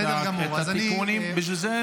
אז אני --- חבר הכנסת עמאר,